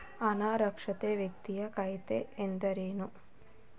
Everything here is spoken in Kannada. ಅನಕ್ಷರಸ್ಥ ವ್ಯಕ್ತಿಯ ಖಾತೆ ಎಂದರೇನು?